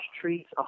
treats